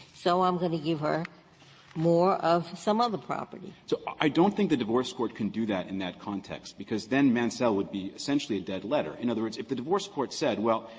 so i'm going to give her more of some other property. unikowsky so i don't think the divorce court can do that in that context because then mansell would be essentially a dead letter. in other words, if the divorce court said, well,